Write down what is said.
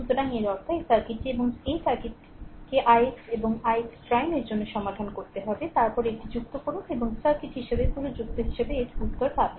সুতরাং এর অর্থ এই সার্কিটটি এবং সেই সার্কিটকে ix 'এবং ix' 'এর জন্য সমাধান করতে হবে তারপরে এটি যুক্ত করুন এবং সার্কিট হিসাবে পুরো যুক্ত হিসাবে একই উত্তর পাবেন